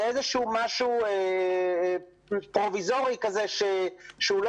זה איזשהו משהו פרוביזורי כזה שהוא לא